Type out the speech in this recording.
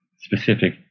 specific